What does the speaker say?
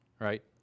right